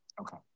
Okay